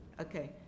Okay